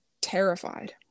terrified